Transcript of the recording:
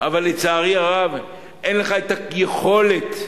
אבל לצערי הרב אין לך היכולת,